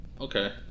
okay